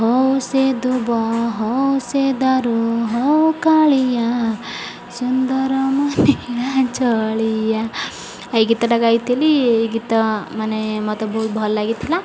ହଉ ସେ ଦୁବ ହଉ ସେ ଦାରୁ ହଉ କାଳିଆ ସୁନ୍ଦର ମୋ ନୀଳା ଚଳିଆ ଏଇ ଗୀତଟା ଗାଇଥିଲି ଏଇ ଗୀତ ମାନେ ମୋତେ ବହୁତ ଭଲ ଲାଗିଥିଲା